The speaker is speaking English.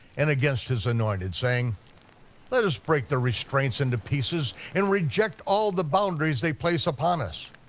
and against his anointed, saying let us break the restraints into pieces and reject all the boundaries they place upon us.